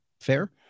Fair